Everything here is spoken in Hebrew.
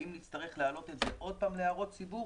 האם נצטרך להעלות את זה עוד פעם להערות ציבור